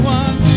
one